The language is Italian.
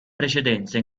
precedenza